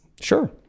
Sure